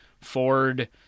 Ford